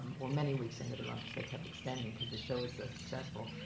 or many weeks into the run because they kept extending because the show is so successful,